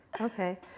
Okay